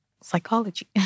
psychology